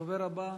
הדובר הבא,